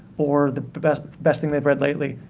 or the the best-best thing they've read lately,